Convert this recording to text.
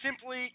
simply